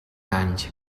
anys